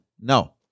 No